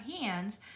hands